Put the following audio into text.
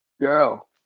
girl